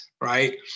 right